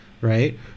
right